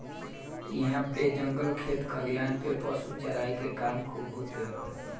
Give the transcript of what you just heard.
इहां पे जंगल खेत खलिहान में पशु चराई के काम खूब होत हवे